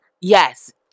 Yes